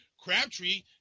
Crabtree